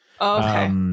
Okay